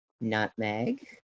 nutmeg